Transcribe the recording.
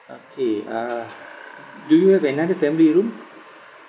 okay uh do you have another family room